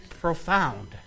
profound